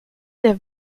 der